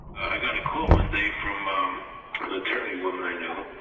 i got a call one day from um an attorney woman i knew